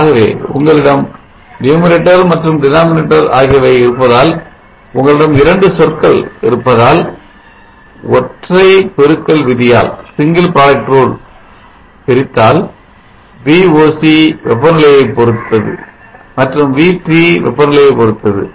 ஆகவே உங்களிடம் Numerator மற்றும் Denominator ஆகியவை இருப்பதால் உங்களிடம் 2 சொற்கள் இருப்பதால் ஒற்றை பெருக்கல் விதியால் பிரித்தால் Voc வெப்பநிலையைப் பொருத்தது மற்றும் VT வெப்பநிலையைப் பொருத்தது